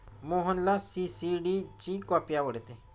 मोहनला सी.सी.डी ची कॉफी आवडते